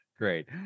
great